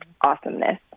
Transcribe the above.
awesomeness